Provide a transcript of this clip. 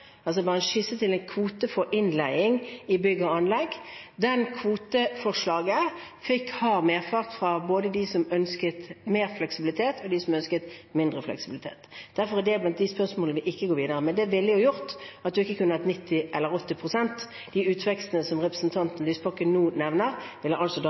for innleiing i bygg og anlegg. Det kvoteforslaget fikk hard medfart både fra dem som ønsket mer fleksibilitet, og fra dem som ønsket mindre fleksibilitet. Derfor er det blant de spørsmålene vi ikke går videre med. Det ville jo gjort at man ikke kunne hatt 90 eller 80 pst. De utvekstene som representanten Lysbakken nå nevner, ville altså da